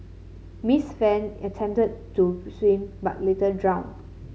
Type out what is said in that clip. Miss Fan attempted to swim but later drowned